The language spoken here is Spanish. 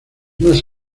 más